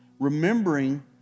remembering